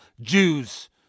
Jews